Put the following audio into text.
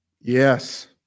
Yes